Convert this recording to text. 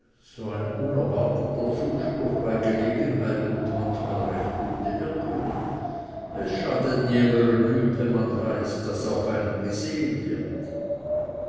so ein unerwarteter zuspruch bei gelegenheit tut manchmal recht gute wirkung es schadet niemere nüt wenn man weiß daß auf einen gesehen wird